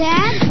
Dad